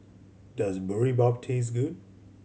does Boribap taste good